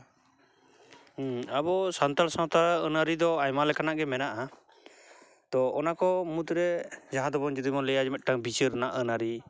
ᱟᱵᱚ ᱥᱟᱱᱛᱟᱲ ᱥᱟᱶᱛᱟ ᱟᱹᱱ ᱟᱹᱨᱤ ᱫᱤ ᱟᱭᱢᱟ ᱞᱮᱠᱟᱱᱟᱜ ᱜᱮ ᱢᱮᱱᱟᱜᱼᱟ ᱛᱚ ᱚᱱᱟᱠᱚ ᱢᱩᱫᱨᱮ ᱡᱟᱦᱟᱸ ᱫᱚ ᱡᱩᱫᱤᱵᱚᱱ ᱞᱟᱹᱭᱟ ᱡᱮ ᱢᱤᱫᱴᱟᱱ ᱵᱤᱪᱟᱹᱨ ᱨᱮᱱᱟᱜ ᱟᱹᱱ ᱟᱹᱨᱤ